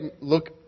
look